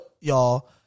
y'all